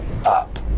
up